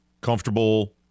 Comfortable